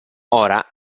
ora